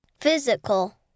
Physical